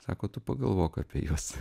sako tu pagalvok apie juos